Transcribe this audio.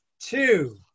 Two